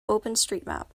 openstreetmap